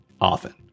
Often